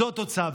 זו התוצאה.